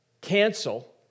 cancel